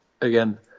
again